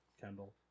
Kendall